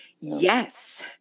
Yes